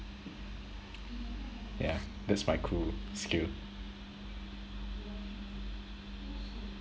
yeah that's my cool skill